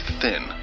thin